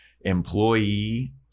employee